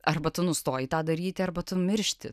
arba tu nustoji tą daryti arba tu miršti